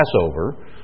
Passover